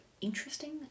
interesting